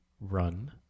run